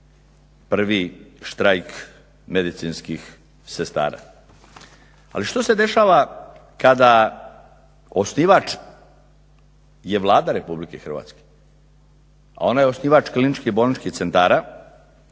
prvi štrajk medicinskih sestara. Ali što se dešava kad osnivač je Vlada Republike Hrvatske, a ona je osnivač kliničkih bolničkih centara,